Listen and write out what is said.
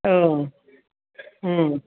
औ उम